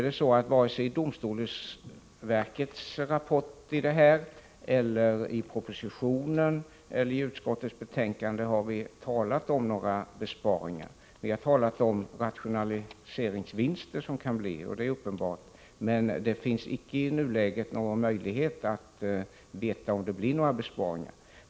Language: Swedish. Men varken i domstolsverkets rapport eller i propositionen och utskottets betänkande har det talats om några besparingar. I stället har vi talat om de rationaliseringsvinster som kan 161 bli följden. I nuläget finns det inga möjligheter att bedöma om det blir några besparingar.